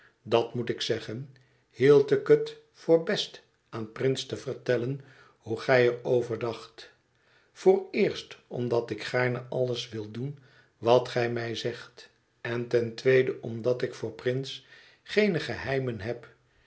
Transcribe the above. dat moet ik zeggen hield ik het voor best aan prince te vertellen hoe gij er over dacht vooreerst omdat ik gaarne alles wil doen wat gij mij zegt en ten tweede omdat ik voor prince geene geheimen heb